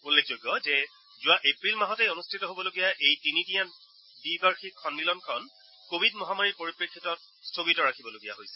উল্লেখযোগ্য যে যোৱা এপ্ৰিল মাহতেই অনুষ্ঠিত হ'বলগীয়া এই তিনিদিনীয়া দ্বিবাৰ্ষিক সম্মিলনখন কোৱিড মহামাৰীৰ পৰিপ্ৰেক্ষিতত স্থগিত ৰাখিবলগীয়া হৈছিল